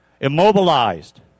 immobilized